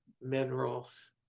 minerals